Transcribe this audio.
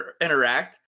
interact